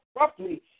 roughly